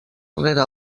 rere